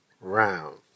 round